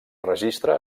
registre